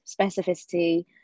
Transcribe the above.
specificity